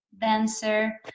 dancer